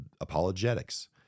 apologetics